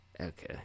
Okay